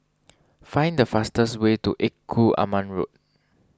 find the fastest way to Engku Aman Road